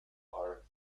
are